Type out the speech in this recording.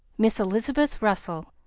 miss elizabeth russell.